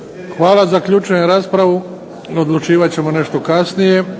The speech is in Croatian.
Hvala. Zaključujem raspravu, odlučivat ćete nešto kasnije.